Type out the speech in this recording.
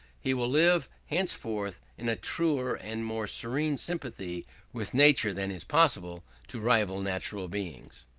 he will live henceforth in a truer and more serene sympathy with nature than is possible to rival natural beings.